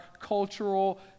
cultural